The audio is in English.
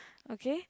okay